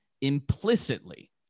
implicitly